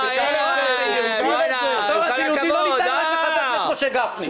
עם כל הכבוד ------- משה גפני.